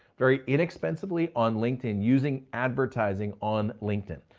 very inexpensively on linkedin using advertising on linkedin.